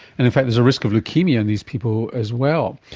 and in fact there's a risk of leukaemia in these people as well.